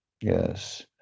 Yes